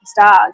Stars